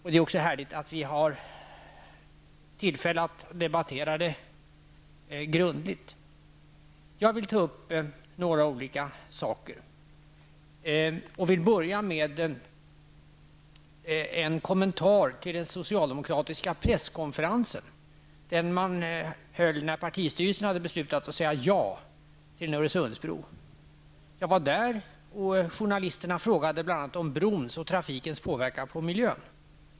Det är härligt att vi har tillfälle att debattera frågan grundligt. Jag vill ta upp litet olika saker och vill börja med att kommentera den socialdemokratiska presskonferensen som man höll när partistyrelsen hade beslutat att säga ja till Öresundsbron. Jag var där, och journalisterna frågade om bl.a. brons och trafikens påverkan på miljön.